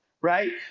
right